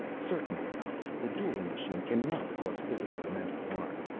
certainly not. the dueling machine cannot cause physical or mental harm.